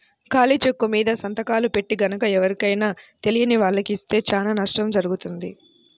ఖాళీ చెక్కుమీద సంతకాలు పెట్టి గనక ఎవరైనా తెలియని వాళ్లకి ఇస్తే చానా నష్టం జరుగుద్ది